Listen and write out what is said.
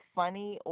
funny